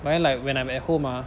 but like when I'm at home ah